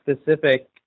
specific